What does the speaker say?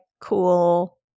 cool